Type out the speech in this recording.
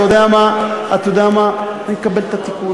אתה יודע מה, אתה יודע מה, אני מקבל את התיקון.